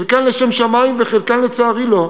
חלקם לשם שמים וחלקם לצערי לא,